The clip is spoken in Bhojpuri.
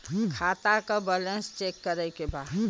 खाता का बैलेंस चेक करे के बा?